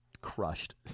crushed